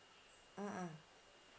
mm mm